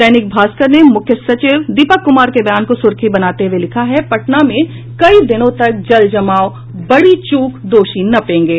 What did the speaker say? दैनिक भास्कर ने मुख्य सचिव दीपक कुमार के बयान को सुर्खी बनाते हुये लिखा है पटना में कई दिनों तक जलजमाव बड़ी चूक दोषी नपेंगे